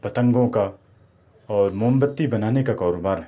پتنگوں کا اور موم بتی بنانے کا کاروبار ہے